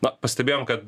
na pastebėjom kad